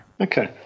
Okay